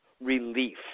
relief